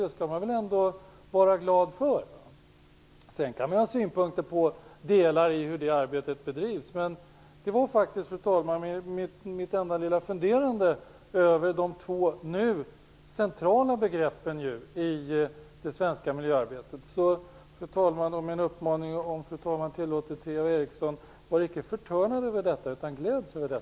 Det skall man väl ändå vara glad för. Man kan ha synpunkter på hur delar av arbetet bedrivs, men detta var faktiskt, fru talman, min fundering över de två nu centrala begreppen i det svenska miljöarbetet. Om fru talman tillåter vill jag ge en uppmaning till Eva Eriksson: Var icke förtörnad över detta, utan gläds över det.